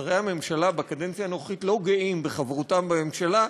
ששרי הממשלה בקדנציה הנוכחית לא גאים בחברותם בממשלה,